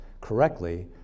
correctly